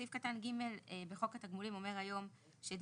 סעיף קטן (ג) בחוק התגמולים אומר היום שדמי